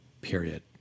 period